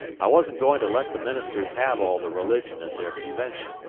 i wasn't going to let the ministers have all the religion at their convention.